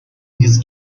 his